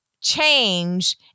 change